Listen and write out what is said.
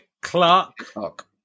Clark